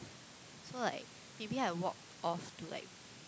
so like maybe I walk off to like